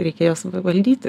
reikia juos valdyti